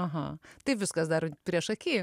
aha tai viskas dar priešaky